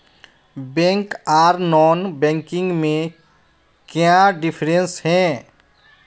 Bank आर non banking में क्याँ डिफरेंस है?